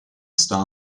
star